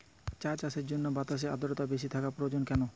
চা চাষের জন্য বাতাসে আর্দ্রতা বেশি থাকা প্রয়োজন কেন?